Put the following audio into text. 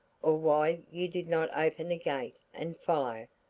or why you did not open the gate and follow,